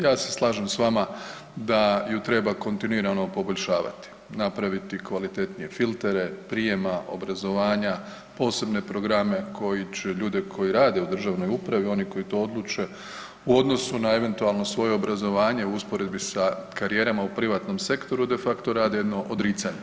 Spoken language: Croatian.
Ja se slažem s vama da ju treba kontinuirano poboljšavati, napraviti kvalitetnije filtere prijema, obrazovanja, posebne programe koji će ljude koji rade u državnoj upravi, oni koji to odluče u odnosu na eventualno svoje obrazovanje u usporedbi sa karijerama u privatnom sektoru de facto rade jedno odricanje.